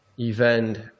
event